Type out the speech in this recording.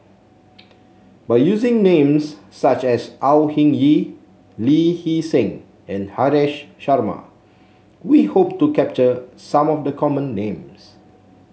by using names such as Au Hing Yee Lee Hee Seng and Haresh Sharma we hope to capture some of the common names